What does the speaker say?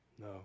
No